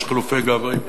יש חילופי גברי.